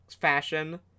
fashion